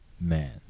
Man